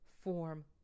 form